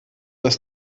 das